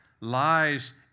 lies